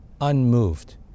unmoved